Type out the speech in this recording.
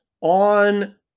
On